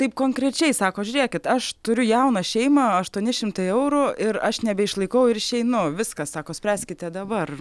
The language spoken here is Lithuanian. taip konkrečiai sako žiūrėkit aš turiu jauną šeimą aštuoni šimtai eurų ir aš nebeišlaikau ir išeinu viskas sako spręskite dabar